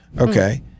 Okay